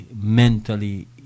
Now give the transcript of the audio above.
mentally